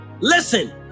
Listen